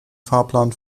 fahrplan